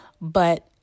But-